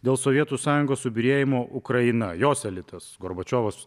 dėl sovietų sąjungos subyrėjimo ukraina jos elitas gorbačiovas